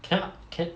can I can